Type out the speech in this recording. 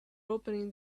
opening